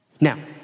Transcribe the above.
Now